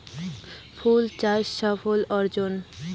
ফুল চাষ সাফল্য অর্জন?